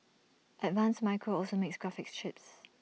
advanced micro also makes graphics chips